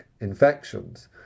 infections